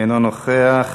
אינו נוכח,